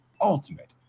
ultimate